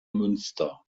münster